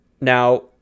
Now